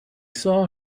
saw